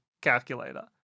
calculator